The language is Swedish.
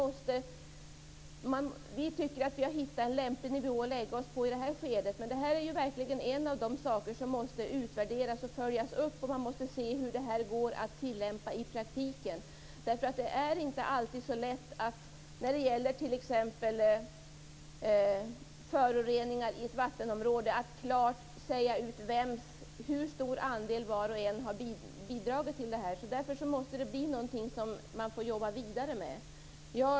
Vi tycker att vi har hittat en lämplig nivå att lägga oss på i detta skede, men det är verkligen en av de saker som måste utvärderas och följas upp. Man måste se hur det går att tillämpa i praktiken. Det är inte alltid så lätt att när det t.ex. gäller föroreningar i ett vattenområde klart säga hur stor andel var och en har bidragit med. Därför måste det vara någonting som man får jobba vidare med.